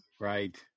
Right